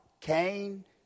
Cain